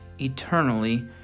eternally